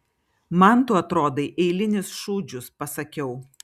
man tu atrodai eilinis šūdžius pasakiau